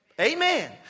Amen